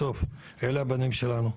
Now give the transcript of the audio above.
בסוף, אלו הם בנינו,